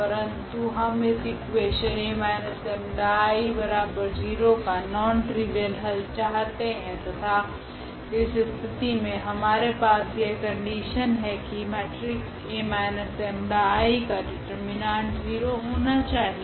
परंतु हम इस इकुवेशन 𝐴−𝜆𝐼0 का नॉन ट्रिवियल हल चाहते है तथा इस स्थिति मे हमारे पास यह कंडिशन है की मेट्रिक्स 𝐴−𝜆𝐼 का डिटर्मिनांट 0 होना चाहिए